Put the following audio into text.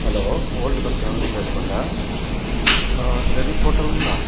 hello old bus ஸ்டாண்ட்லருந்து பேசுகிறோங்க ஷெரிஃப் ஹோட்டலுங்களா